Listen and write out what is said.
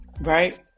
Right